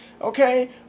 Okay